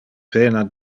pena